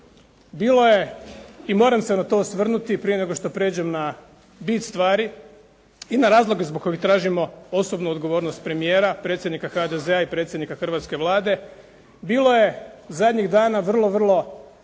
Bilo je i moram se na to osvrnuti, prije nego što prijeđem na bit stvari, i na razloge zbog kojih tražimo osobnu odgovornost premijera, predsjednika HDZ-a i predsjednika Hrvatske Vlade. Bilo je zadnjih dana vrlo, vrlo